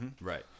right